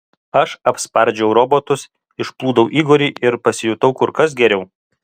aš apspardžiau robotus išplūdau igorį ir pasijutau kur kas geriau